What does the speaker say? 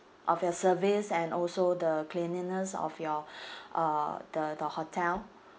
of your service and also the cleanliness of your uh the the hotel